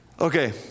Okay